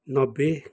नब्बे